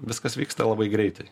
viskas vyksta labai greitai